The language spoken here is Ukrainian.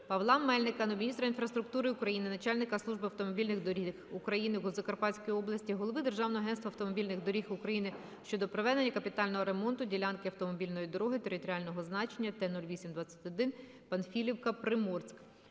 Павла Мельника до міністра інфраструктури України, начальника Служби автомобільних доріг у Запорізькій області, голови Державного агентства автомобільних доріг України щодо проведення капітального ремонту ділянки автомобільної дороги територіального значення Т-08-21 (Панфілівка - Приморськ).